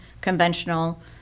conventional